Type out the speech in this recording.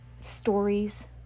stories